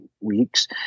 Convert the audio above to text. weeks